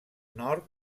nord